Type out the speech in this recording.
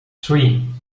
three